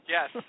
Yes